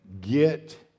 get